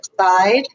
side